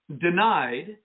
denied